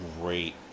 great